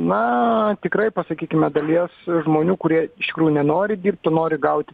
na tikrai pasakykime dalies žmonių kurie iš tikrųjų nenori dirbt o nori gaut